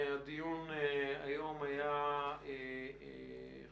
הדיון היום היה חשוב,